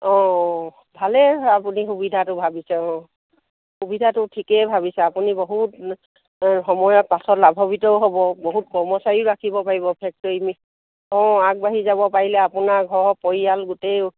অঁ অঁ ভালেই আপুনি সুবিধাটো ভাবিছে অঁ সুবিধাটো ঠিকেই ভাবিছে আপুনি বহুত সময়ত পাছত লাভাৱিতও হ'ব বহুত কৰ্মচাৰীও ৰাখিব পাৰিব ফেক্টৰীত অঁ আগবাঢ়ি যাব পাৰিলে আপোনাৰ ঘৰৰ পৰিয়াল গোটেই